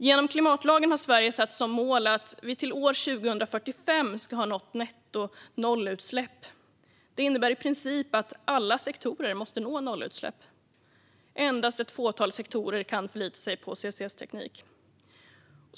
Genom klimatlagen har Sverige satt som mål att vi till 2045 ska ha nått nettonollutsläpp. Det innebär i princip att alla sektorer måste nå nollutsläpp. Endast ett fåtal sektorer kan förlita sig på CCS-teknik.